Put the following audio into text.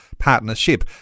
Partnership